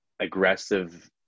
aggressive